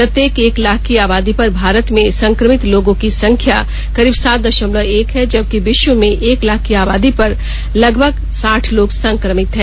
प्रत्येक एक लाख की आबादी पर भारत में संक्रमित लोगों की संख्या करीब सात दशमलव एक है जबकि विश्व में एक लाख की आबादी पर लगभग साठ लोग संक्रमित हैं